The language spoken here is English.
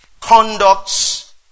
conducts